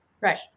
right